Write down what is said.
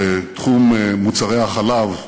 בתחום מוצרי החלב,